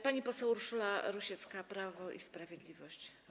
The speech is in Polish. Pani poseł Urszula Rusiecka, Prawo i Sprawiedliwość.